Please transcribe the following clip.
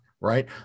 right